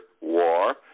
war